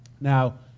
Now